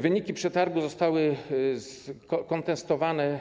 Wyniki przetargu zostały skontestowane